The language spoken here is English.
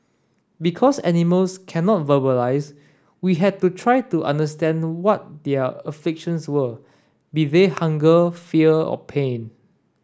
because animals cannot verbalise we had to try to understand what their afflictions were be they hunger fear or pain